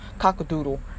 cockadoodle